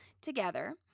together